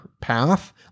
path